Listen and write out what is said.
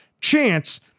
Chance